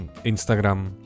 Instagram